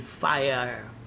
fire